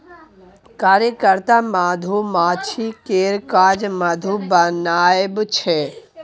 कार्यकर्ता मधुमाछी केर काज मधु बनाएब छै